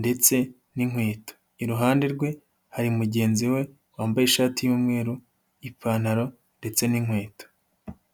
ndetse n'inkweto. Iruhande rwe hari mugenzi we wambaye ishati y'umweru, ipantaro ndetse n'inkweto.